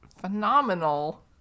phenomenal